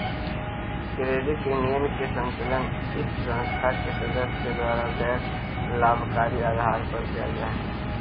credit union के संचालन इस संस्था के सदस्य के द्वारा गैर लाभकारी आधार पर कैल जा हइ